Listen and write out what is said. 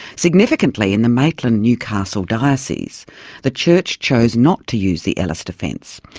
significantly, in the maitland-newcastle diocese the church chose not to use the ellis defence,